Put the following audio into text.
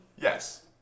Yes